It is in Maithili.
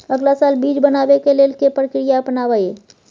अगला साल बीज बनाबै के लेल के प्रक्रिया अपनाबय?